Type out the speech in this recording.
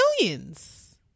millions